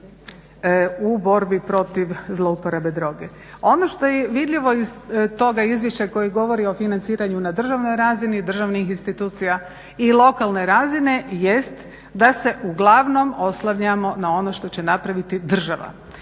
u borbi protiv zlouporabe droge. Ono što je vidljivo iz toga izvješća koje govori o financiranju na državnoj razini državnih institucija i lokalne razine jest da se uglavnom oslanjamo na ono što će napraviti država.